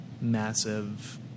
massive